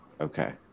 okay